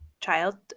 child